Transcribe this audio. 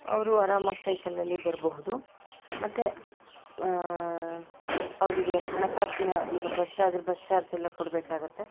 ಅವರು ಆರಾಮಾಗಿ ಸೈಕಲಲ್ಲಿ ಬರಬಹುದು ಮತ್ತು ಅವರಿಗೆ ಹಣಕಾಸಿನ ಈಗ ಬಸ್ಸಾದರೆ ಬಸ್ ಚಾರ್ಜ್ ಎಲ್ಲ ಕೊಡಬೇಕಾಗತ್ತೆ